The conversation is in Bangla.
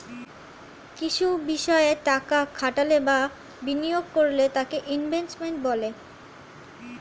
কিছু বিষয় টাকা খাটালে বা বিনিয়োগ করলে তাকে ইনভেস্টমেন্ট বলে